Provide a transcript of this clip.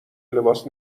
لباس